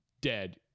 dead